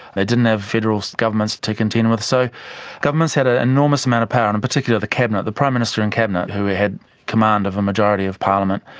they didn't have federal governments to content with, so governments had an enormous amount of power, and particularly the cabinet. the prime minister and cabinet, who had command of a majority of parliament,